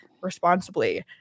responsibly